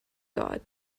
god